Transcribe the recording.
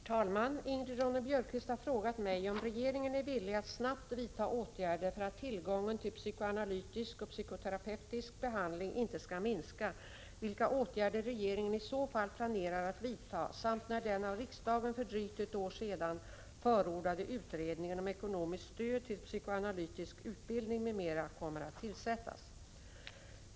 Herr talman! Ingrid Ronne-Björkqvist har frågat mig om regeringen är villig att snabbt vidta åtgärder för att tillgången till psykoanalytisk och psykoterapeutisk behandling inte skall minska, vilka åtgärder regeringen i så fall planerar att vidta samt när den av riksdagen för drygt ett år sedan förordade utredningen om ekonomiskt stöd till psykoanalytisk utbildning m.m. kommer att tillsättas.